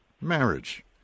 marriage